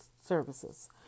services